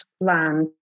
land